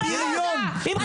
בריון,